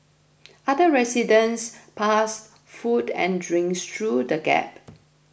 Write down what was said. other residents passed food and drinks through the gap